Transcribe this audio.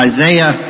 Isaiah